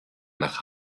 nach